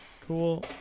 Cool